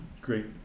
Great